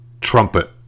trumpet